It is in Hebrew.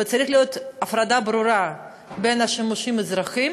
וצריכה להיות הפרדה ברורה בין השימושים האזרחיים